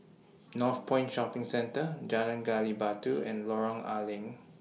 Northpoint Shopping Centre Jalan Gali Batu and Lorong A Leng